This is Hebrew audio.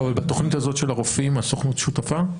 לא, אבל בתכנית הזאת של הרופאים הסוכנות שותפה?